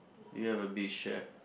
do you have a beach chair